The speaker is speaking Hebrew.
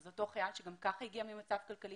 וזה אותו חייל שגם כך הגיע ממצב כלכלי